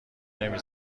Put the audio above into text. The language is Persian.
نمی